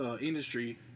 Industry